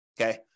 Okay